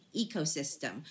ecosystem